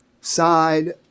side